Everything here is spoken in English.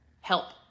help